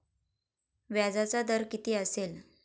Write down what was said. व्याजाचा दर किती असेल?